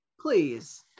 Please